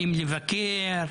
באים לבקר,